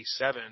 1987